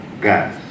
gas